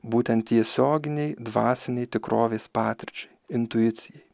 būtent tiesioginei dvasinei tikrovės patirčiai intuicijai